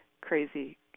crazy